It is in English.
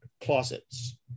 closets